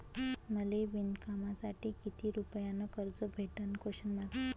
मले विणकामासाठी किती रुपयानं कर्ज भेटन?